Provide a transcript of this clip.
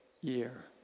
year